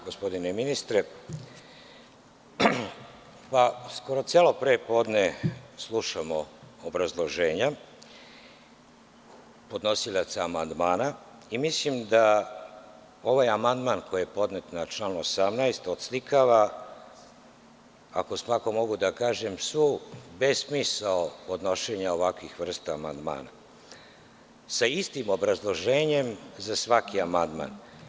Gospodine ministre, skoro celo pre podne slušamo obrazloženja podnosilaca amandmana i mislim da ovaj amandman koji je podnet na član 18. oslikava, ako tako mogu da kažem, svu besmisao podnošenja ovakvih vrsta amandmana, sa istim obrazloženjem za svaki amandman.